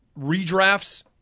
redrafts